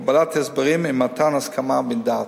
קבלת הסברים ומתן הסכמה מדעת.